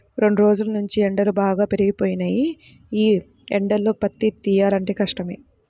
రెండ్రోజుల్నుంచీ ఎండలు బాగా పెరిగిపోయినియ్యి, యీ ఎండల్లో పత్తి తియ్యాలంటే కష్టమే